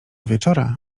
wieczora